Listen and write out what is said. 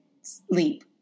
sleep